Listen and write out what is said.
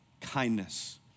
kindness